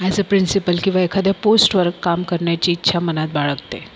as a principal किंवा एखाद्या पोस्टवर काम करण्याची इच्छा मनात बाळगते